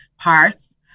parts